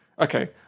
okay